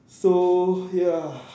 so ya